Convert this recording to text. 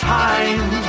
time